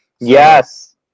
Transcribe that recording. Yes